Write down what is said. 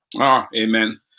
Amen